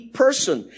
person